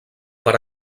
per